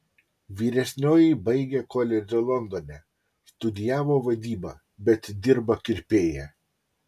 vyresnioji baigė koledžą londone studijavo vadybą bet dirba kirpėja